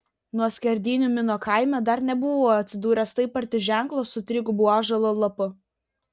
nuo skerdynių mino kaime dar nebuvau atsidūręs taip arti ženklo su trigubu ąžuolo lapu